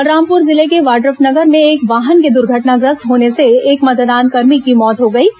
बलरामपुर जिले के वाड़ाफनगर में एक वाहन के दुर्घटनाग्रस्त होने से एक मतदान कर्मी की मौत हो गई है